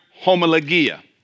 homologia